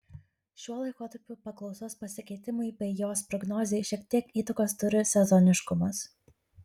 šiuo laikotarpiu paklausos pasikeitimui bei jos prognozei šiek tiek įtakos turi sezoniškumas